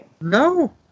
No